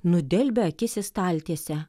nudelbę akis į staltiesę